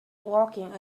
walking